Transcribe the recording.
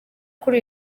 kuri